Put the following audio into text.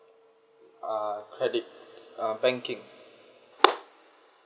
uh credit uh banking